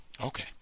Okay